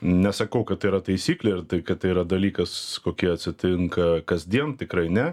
nesakau kad tai yra taisyklė ir tai kad tai yra dalykas kokie atsitinka kasdien tikrai ne